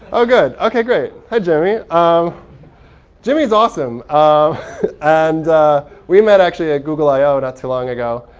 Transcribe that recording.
oh good. ok, great, hi, jimmy. um jimmy's awesome. um and we met actually at google i o not too long ago.